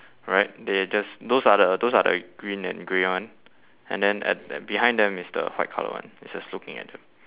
right they just those are the those are the green and grey one and then at at behind them is the white colour one it's just looking at them